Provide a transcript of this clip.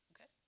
okay